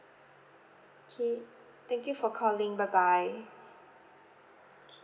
okay thank you for calling bye bye okay